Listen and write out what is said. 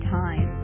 time